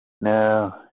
no